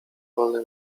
wolne